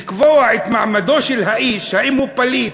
לקבוע את מעמדו של האיש, האם הוא פליט,